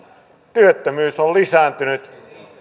työttömyys on lisääntynyt